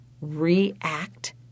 react